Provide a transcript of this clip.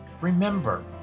Remember